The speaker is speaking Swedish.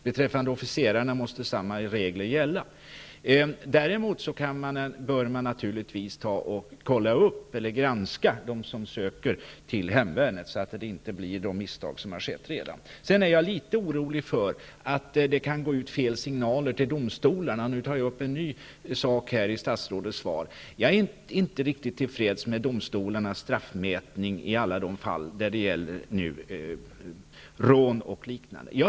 Beträffande officerare måste samma regler gälla. Däremot bör man naturligtvis granska dem som söker till hemvärnet, så att inte fler misstag görs. Jag är litet orolig för att det nu kan gå ut fel signaler till domstolarna. Jag tar nu upp ytterligare en punkt i statsrådets svar. Jag är inte riktigt till freds med domstolarnas straffmätning i alla de fall det gäller rån och liknande brott.